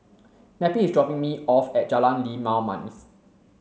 Neppie is dropping me off at Jalan Limau Manis